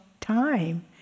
time